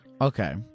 Okay